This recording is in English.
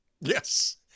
Yes